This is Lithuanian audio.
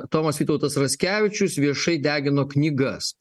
tomas vytautas raskevičius viešai degino knygas